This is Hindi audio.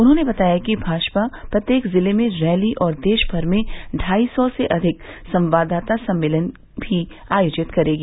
उन्होंने बताया कि भाजपा प्रत्येक जिले में रैली और देश भर में ढाई सौ से अधिक संवाददाता सम्मेलन भी आयोजित करेगी